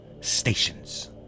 stations